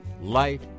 Light